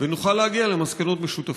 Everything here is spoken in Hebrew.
ונוכל להגיע למסקנות משותפות.